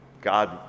God